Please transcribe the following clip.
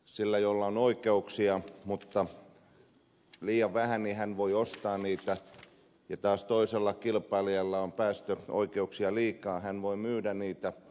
se jolla on oikeuksia mutta liian vähän voi ostaa niitä ja taas toinen kilpailija jolla on päästöoikeuksia liikaa voi myydä niitä